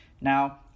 now